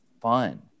fun